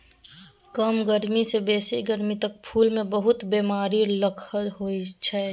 कम गरमी सँ बेसी गरमी तक फुल मे बहुत बेमारी लखा होइ छै